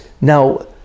Now